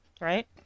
right